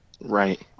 right